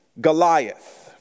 Goliath